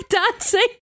dancing